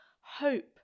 hope